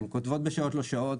הן כותבות בשעות לא שעות.